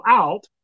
out